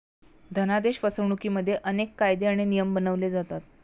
धनादेश फसवणुकिमध्ये अनेक कायदे आणि नियम बनवले जातात